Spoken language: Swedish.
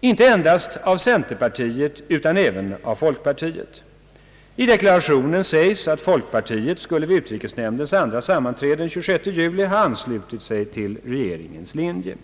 inte endast av centerpartiet utan även av folkpartiet. I regeringsdeklarationen sägs att folkpartiet vid utrikesnämndens andra sammanträde den 26 juli i år skulle ha anslutit sig till regeringens linje.